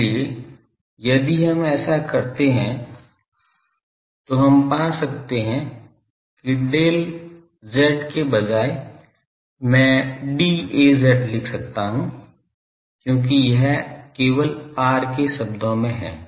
इसलिए यदि हम ऐसा करते हैं तो हम पा सकते हैं कि del z के बजाय मैं d Az लिख सकता हूं क्योंकि यह केवल r के शब्दो में है